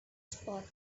spot